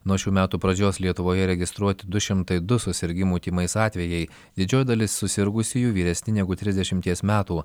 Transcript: nuo šių metų pradžios lietuvoje registruoti du šimtai du susirgimų tymais atvejai didžioji dalis susirgusiųjų vyresni negu trisdešimties metų